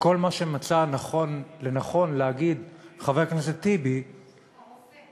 וכל מה שמצא לנכון להגיד חבר הכנסת טיבי, הרופא.